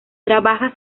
trabaja